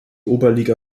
oberliga